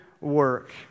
work